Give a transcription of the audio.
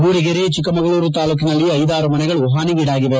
ಮೂಡಿಗರೆ ಚಿಕ್ಕಮಗಳೂರು ತಾಲ್ಲೂಕಿನಲ್ಲಿ ಐದಾರು ಮನೆಗಳು ಹಾನಿಗೀಡಾಗಿವೆ